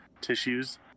tissues